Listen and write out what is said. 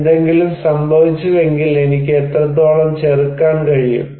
എന്തെങ്കിലും സംഭവിച്ചുവെങ്കിൽ എനിക്ക് എത്രത്തോളം ചെറുക്കാൻ കഴിയും